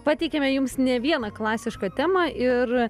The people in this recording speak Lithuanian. pateikiame jums ne vieną klasišką temą ir